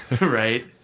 Right